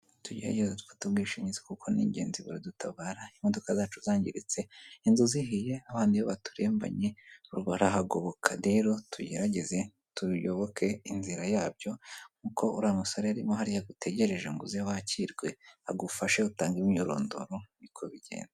Tugerageze dufate ubwishingizi kuko ni ingenzi baradutabara, imodoka zacu zangiritse, inzu zihiye, abana iyo baturembanye, barahagoboka, rero tugerageze tuyoboke inzira yabyo nk'uko uriya musore arimo hariya agutegereje ngo uzewakirwe, agufashe utange imyirondoro niko bigenda.